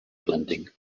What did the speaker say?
blending